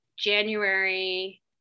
January